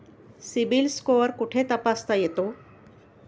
CIBIL score कुठे तपासता येतो?